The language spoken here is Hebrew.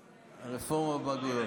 תספר לנו על הרפורמה בבגרויות.